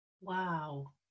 Wow